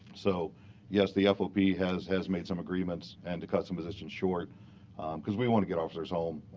so yes, the fop has has made some agreements and to cut some positions short because we want to get officers home,